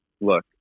look